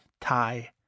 tie